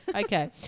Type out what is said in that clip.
Okay